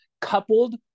coupled